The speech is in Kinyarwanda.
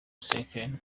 seekers